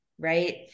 Right